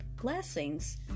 blessings